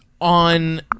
on